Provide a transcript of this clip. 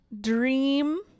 dream